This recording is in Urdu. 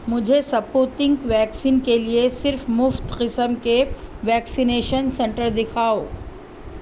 مجھے سپوتنک ویکسین کے لیے صرف مفت قسم کے ویکسینیشن سنٹر دکھاؤ